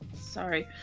Sorry